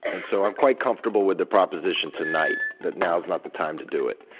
and so i'm quite comfortable with the proposition tonight that now is not the time to do it.